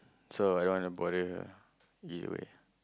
so I don't want to bother her either way